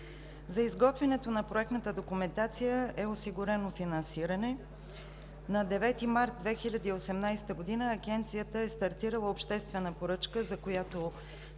За изготвянето на проектната документация е осигурено финансиране. На 9 март 2018 г. Агенцията е стартирала обществена поръчка, за която